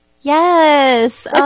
Yes